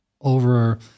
over